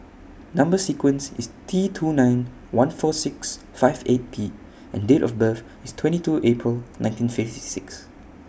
Number sequence IS T two nine one four six five eight P and Date of birth IS twenty two April nineteen fifty six